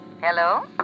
Hello